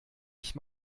ich